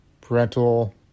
parental